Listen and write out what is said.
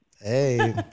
Hey